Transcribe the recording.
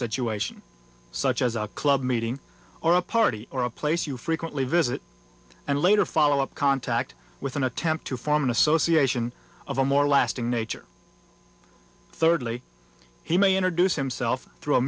situation such as a club meeting or a party or a place you frequently visit and later follow up contact with an attempt to form an association of a more lasting nature thirdly he may introduce himself through a